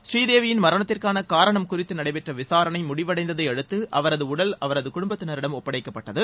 ஸ்ரீதேவியின் மரணத்திற்கான காரணம் குறித்து நடைபெற்ற விசாரணை முடிவடைந்ததை அடுத்து உடல் அவரது குடும்பத்தினரிடம் ஒப்படைக்கப்பட்டது